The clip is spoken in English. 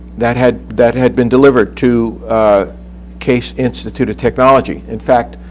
that had that had been delivered to case institute of technology. in fact,